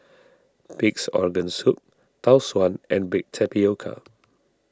Pig's Organ Soup Tau Suan and Baked Tapioca